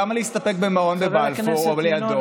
למה להסתפק במעון בבלפור או לידו?